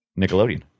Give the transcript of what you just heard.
Nickelodeon